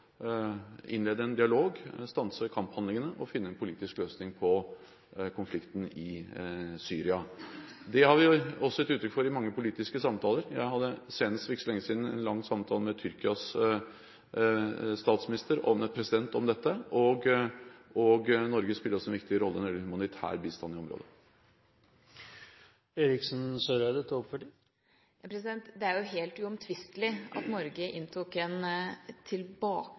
innlede en dialog, stanse kamphandlingene og finne en politisk løsning på konflikten i Syria. Det har vi også gitt uttrykk for i mange politiske samtaler. Jeg hadde for ikke så lenge siden en lang samtale med Tyrkias statsminister og med presidenten om dette, og Norge spiller også en viktig rolle med humanitær bistand i området. Det er helt uomtvistelig at Norge inntok en